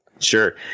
Sure